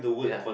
ya